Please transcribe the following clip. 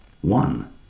one